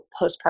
postpartum